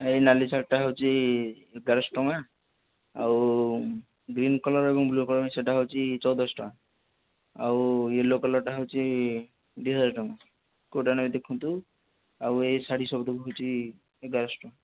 ଏହି ନାଲି ଶଢ଼ୀଟା ହେଉଛି ଦେଢ଼ଶହ ଟଙ୍କା ଆଉ ଗ୍ରୀନ୍ କଲର୍ ଏବଂ ବ୍ଳ୍ୟୁ କଲର୍ ସେଇଟା ହେଉଛି ଚଉଦଶହ ଟଙ୍କା ଆଉ ୟେଲୋ କଲର୍ଟା ହେଉଛି ଦୁଇ ହଜାର ଟଙ୍କା କେଉଁଟା ନେବେ ଦେଖନ୍ତୁ ଆଉ ଏଇ ଶାଢ଼ୀ ସବୁତକ ହେଉଛି ଏଗାର ଶହ ଟଙ୍କା